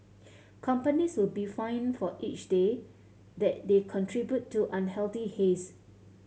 companies will be fined for each day that they contribute to unhealthy haze